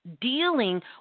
dealing